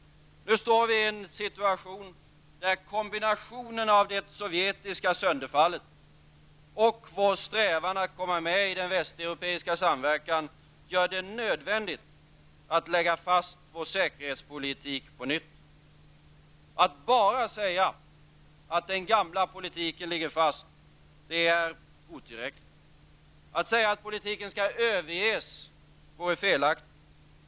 Nu står vi i en situation där kombinationen av det sovjetiska sönderfallet och vår strävan att komma med i den västeuropeiska samverkan gör det nödvändigt att lägga fast vår säkerhetspolitik på nytt. Att bara säga att den gamla politiken ligger fast är otillräckligt. Att säga att politiken skall överges vore felaktigt.